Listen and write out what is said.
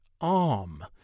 arm